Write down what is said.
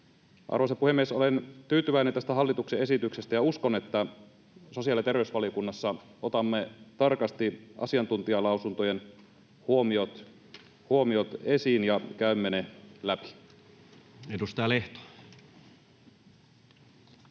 Arvoisa puhemies! Olen tyytyväinen tästä hallituksen esityksestä ja uskon, että sosiaali- ja terveysvaliokunnassa otamme tarkasti asiantuntijalausuntojen huomiot esiin ja käymme ne läpi. [Speech